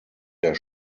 der